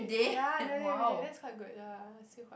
ya nearly everyday that's quite good ya still quite